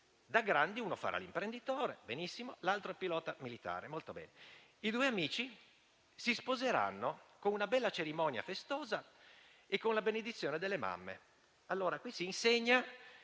Da grandi, uno farà l'imprenditore - benissimo - e l'altro il pilota militare, molto bene. I due amici si sposeranno con una bella cerimonia festosa e con la benedizione delle loro mamme. Qui si insegna